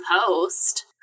post